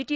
T